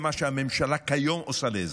אדוני היושב-ראש, למה שהממשלה כיום עושה לאזרחיה.